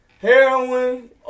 Heroin